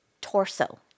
torso